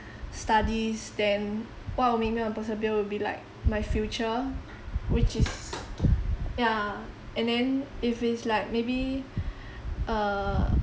studies then what would make me want to persevere would be like my future which is ya and then if it's like maybe err